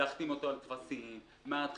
להחתים אותו על טפסים מהתחלה.